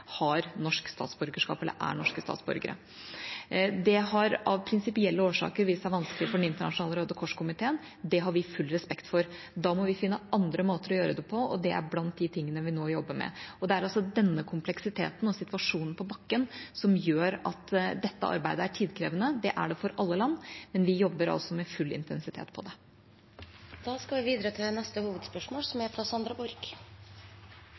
har norsk statsborgerskap eller er norske statsborgere. Det har av prinsipielle årsaker vist seg vanskelig for Den internasjonale Røde Kors-komiteen. Det har vi full respekt for. Da må vi finne andre måter å gjøre det på, og det er blant de tingene vi nå jobber med. Det er denne kompleksiteten og situasjonen på bakken som gjør at dette arbeidet er tidkrevende – det er det for alle land – men vi jobber med full intensitet på det. Vi går videre til neste hovedspørsmål.